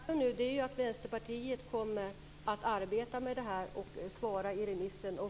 Fru talman! Det jag kan säga här och nu är att Vänsterpartiet kommer att arbeta med detta och svara på remissen.